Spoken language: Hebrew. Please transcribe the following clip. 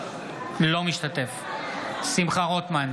אינו משתתף בהצבעה שמחה רוטמן,